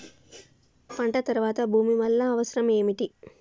పంట తర్వాత భూమి వల్ల అవసరం ఏమిటి?